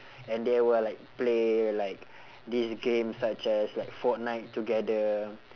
and they will like play like this game such as like fortnite together